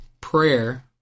prayer